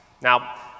Now